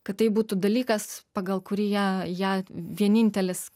kad tai būtų dalykas pagal kurį ją ją vienintelis